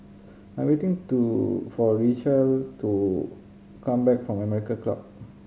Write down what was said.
I'm waiting to for Richelle to come back from American Club